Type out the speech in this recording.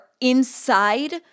inside